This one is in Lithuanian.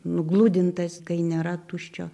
nugludintas kai nėra tuščio